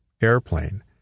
airplane